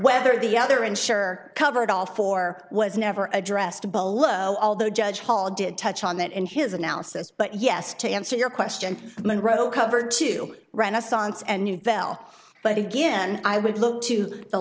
whether the other insurer covered all four was never addressed bolo although judge paul did touch on that in his analysis but yes to answer your question the monroe cover to renaissance and nouvelle but again i would look to the